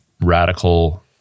radical